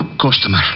customer